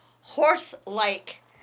horse-like